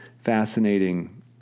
fascinating